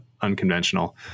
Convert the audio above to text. unconventional